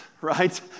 right